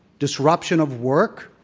disruption of work.